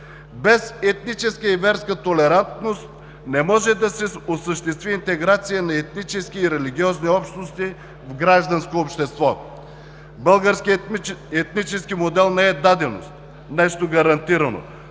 Без етническа и верска толерантност не може да се осъществи интеграция на етнически и религиозни общности в гражданско общество. Българският етнически модел не е даденост, нещо гарантирано.